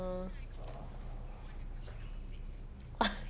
mm